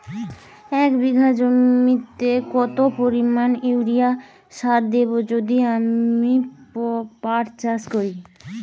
এক বিঘা জমিতে কত পরিমান ইউরিয়া সার দেব যদি আমি পাট চাষ করি?